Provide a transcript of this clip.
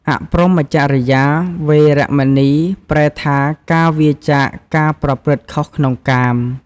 អព្រហ្មចរិយា វេរមណី ប្រែថា ការវៀរចាកការប្រព្រឹត្តខុសក្នុងកាម ។